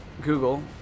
Google